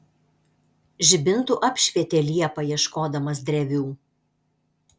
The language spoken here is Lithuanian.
žibintu apšvietė liepą ieškodamas drevių